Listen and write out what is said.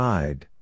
Side